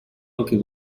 anche